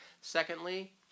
Secondly